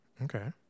Okay